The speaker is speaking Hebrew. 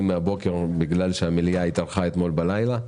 הוועדה בבוקר מאחר המליאה התארכה אתמול בלילה.